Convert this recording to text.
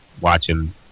watching